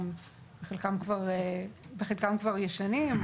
בחלקם כבר ישנים.